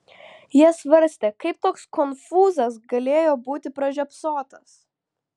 jie svarstė kaip toks konfūzas galėjo būti pražiopsotas